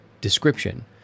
description